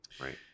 right